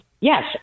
yes